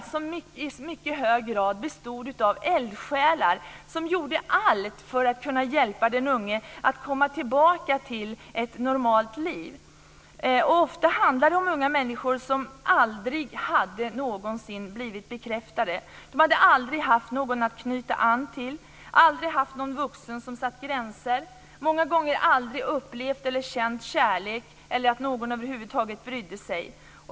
Den bestod i mycket hög grad av eldsjälar som gjorde allt för att hjälpa de unga att komma tillbaka till ett normalt liv. Ofta handlade det om unga människor som aldrig någonsin hade blivit bekräftade. De hade aldrig haft någon att knyta an till, aldrig haft någon vuxen som hade satt gränser. De hade många gånger aldrig upplevt eller känt kärlek eller att någon över huvud taget brydde sig.